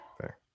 fair